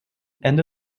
ende